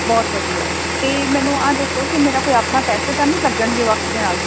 ਬਹੁਤ ਵਧੀਆ ਅਤੇ ਮੈਨੂੰ ਇਹ ਦੱਸੋ ਕਿ ਮੇਰਾ ਕੋਈ ਆਪਣਾ ਪੈਸੇ ਤਾਂ ਨਹੀਂ ਲੱਗਣਗੇ ਵੱਖ ਦੇ ਨਾਲ